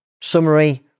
summary